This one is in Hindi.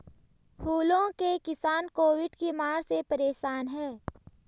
फूलों के किसान कोविड की मार से परेशान है